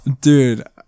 Dude